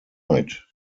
night